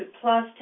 plus